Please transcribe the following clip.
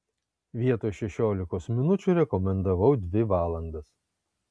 vietoj šešiolikos minučių rekomendavau dvi valandas